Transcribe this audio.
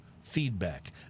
feedback